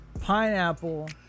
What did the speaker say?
pineapple